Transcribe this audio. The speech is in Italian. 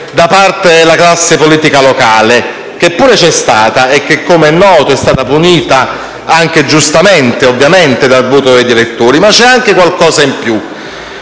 da parte della classe politica locale, che pure c'è stata e che, com'è noto, è stata giustamente punita dal voto degli elettori. Ma c'è anche qualcosa in più: